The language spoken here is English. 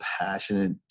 passionate